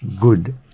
good